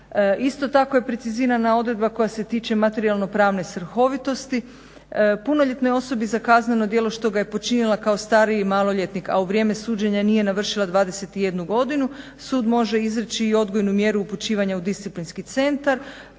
Isto tako je precizirana odredba koja se tiče materijalno-pravne svrhovitosti. Punoljetnoj osobi za kazneno djelo što ga je počinila kao stariji maloljetnik a u vrijeme suđenja nije navršila 21 godinu sud može izreći i odgojnu mjeru upućivanja u disciplinski centar.